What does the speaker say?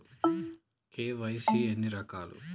KYC ఎన్ని రకాలు?